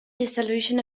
dissolution